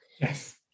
yes